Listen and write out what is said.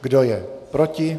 Kdo je proti?